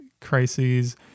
crises